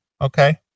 okay